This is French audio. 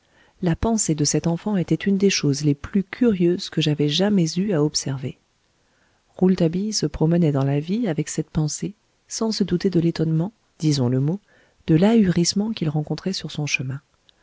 la pensée de cet enfant était une des choses les plus curieuses que j'avais jamais eues à observer rouletabille se promenait dans la vie avec cette pensée sans se douter de l'étonnement disons le mot de l'ahurissement qu'il rencontrait sur son chemin